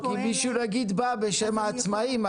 כי מישהו יגיד: באה בשם העצמאים,